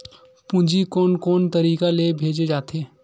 पूंजी कोन कोन तरीका ले भेजे जाथे?